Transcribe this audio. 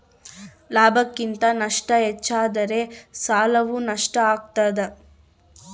ಲಾಭಕ್ಕಿಂತ ನಷ್ಟ ಹೆಚ್ಚಾದರೆ ಸಾಲವು ನಷ್ಟ ಆಗ್ತಾದ